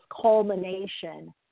culmination